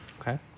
okay